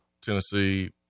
Tennessee